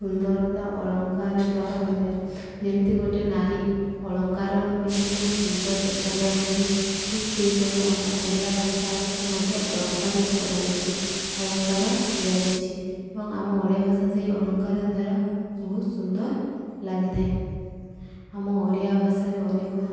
ସୁନ୍ଦରତା ଅଳଙ୍କାର ଦ୍ୱାରା ହୋଇଥାଏ ଯେମିତି ଗୋଟେ ନାରୀ ଅଳଙ୍କାର ନ ପିନ୍ଧିଲେ ସୁନ୍ଦର ଦେଖାଯାଏ ନାହିଁ ଠିକ୍ ସେହିପରି ଆମ ଓଡ଼ିଆ ଭାଷାକୁ ମଧ୍ୟ ଅଳଙ୍କାରିତ କରାଯାଇଛି ଅଳଙ୍କାର ଦିଆଯାଇଛି ଏବଂ ଆମ ଓଡ଼ିଆ ଭାଷା ସେହି ଅଳଙ୍କାର ଦ୍ୱାରା ବହୁତ ସୁନ୍ଦର ଲାଗିଥାଏ ଆମ ଓଡ଼ିଆ ଭାଷାରେ ଅନେକ